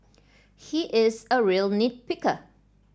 he is a real nit picker